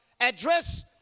Address